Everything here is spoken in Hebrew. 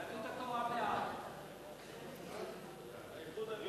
ההצעה להעביר את הצעת חוק